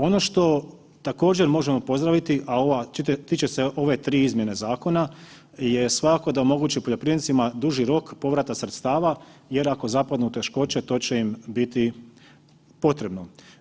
Ono što također možemo pozdraviti, a tiče se ove tri izmjene zakona je svakako da omogući poljoprivrednicima duži rok povrata sredstava jer ako zapadnu u teškoće to će im biti potrebno.